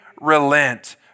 relent